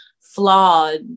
flawed